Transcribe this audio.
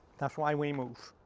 that's why we move.